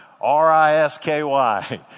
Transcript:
R-I-S-K-Y